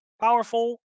powerful